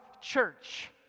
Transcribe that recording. church